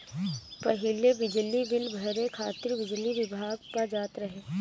पहिले बिजली बिल भरे खातिर बिजली विभाग पअ जात रहे